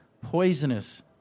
poisonous